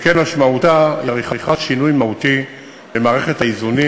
שכן משמעותה היא עריכת שינוי מהותי במערכת האיזונים